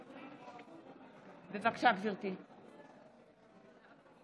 כמו הפייק ניוז של ערוץ 2.